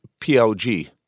PLG